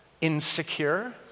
insecure